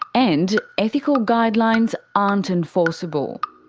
and ethical guidelines aren't enforceable.